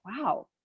Wow